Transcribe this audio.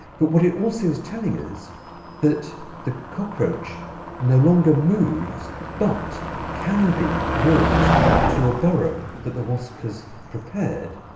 but what it also is telling is that the cockroach no longer moves, but can be walked to a burrow that the wasp has prepared,